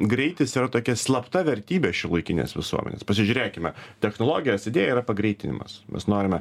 greitis yra tokia slapta vertybė šiuolaikinės visuomenės pasižiūrėkime technologijos idėja yra pagreitinimas mes norime